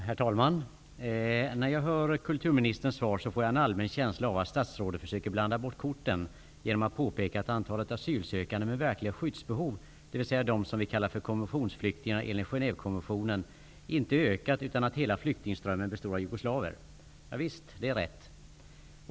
Herr talman! När jag hörde kulturministerns svar fick jag en allmän känsla av att statsrådet försöker blanda bort korten genom att påpeka att antalet asylsökande med verkliga skyddsbehov -- dvs. de som vi kallar för konventionsflyktingar enligt Genèvekonventionen -- inte har ökat, utan att hela flyktingströmmen består av jugoslaver. Javisst, det är rätt.